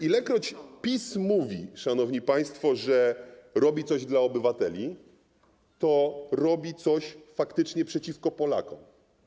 Ilekroć PiS mówi, szanowni państwo, że robi coś dla obywateli, to robi coś faktycznie przeciwko Polakom.